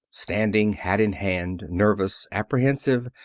standing hat in hand, nervous, apprehensive,